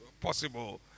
possible